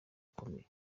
ukomeye